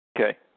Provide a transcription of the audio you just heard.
Okay